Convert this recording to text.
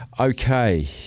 Okay